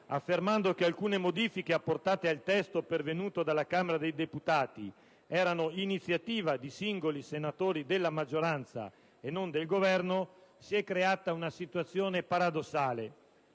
affermando che alcune modifiche apportate al testo pervenuto dalla Camera dei deputati erano iniziativa di singoli senatori della maggioranza e non del Governo, si è creata una situazione paradossale.